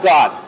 God